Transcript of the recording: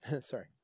Sorry